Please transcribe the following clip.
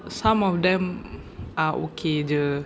some of them are okay jer